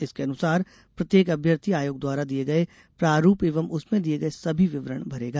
इसके अनुसार प्रत्येक अभ्यर्थी आयोग द्वारा दिये गये प्रारूप एवं उसमें दिये गये सभी विवरण भरेगा